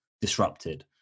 disrupted